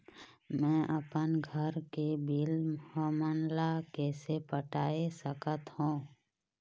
मैं अपन घर के बिल हमन ला कैसे पटाए सकत हो?